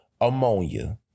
ammonia